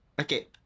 Okay